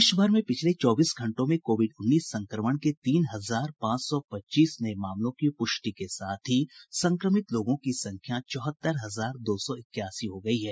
देश भर में पिछले चौबीस घंटों में कोविड उन्नीस संक्रमण के तीन हजार पांच सौ पच्चीस नये मामलों की प्रष्टि के साथ संक्रमित लोगों की संख्या चौहत्तर हजार दो सौ इक्यासी हो गई है